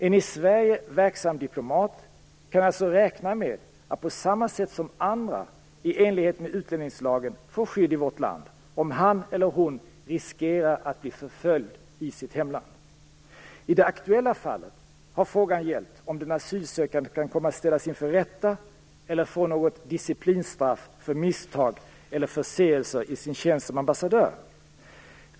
En i Sverige verksam diplomat kan alltså räkna med att på samma sätt som andra, i enlighet med utlänningslagen, få skydd i vårt land, om han eller hon riskerar att bli förföljd i sitt hemland. I det aktuella fallet har frågan gällt om den asylsökande kan komma att ställas inför rätta eller få något disciplinstraff för misstag eller förseelser i sin tjänst som ambassadör.